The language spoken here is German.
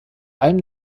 allem